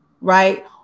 right